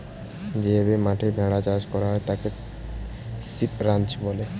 যে মাঠে ভেড়া চাষ করা হয় তাকে শিপ রাঞ্চ বলে